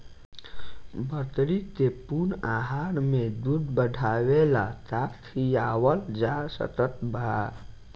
बकरी के पूर्ण आहार में दूध बढ़ावेला का खिआवल जा सकत बा?